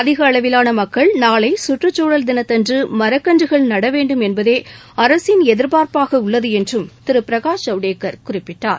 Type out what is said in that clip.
அதிக அளவிலான மக்கள் நாளை கற்றுச்சூழல் தினத்தன்று மரக்கன்றுகள் நட வேண்டும் என்பதே அரசின் எதிர்பார்ப்பாக உள்ளது என்றும் திரு பிரகாஷ் ஜவ்டேகர் குறிப்பிட்டார்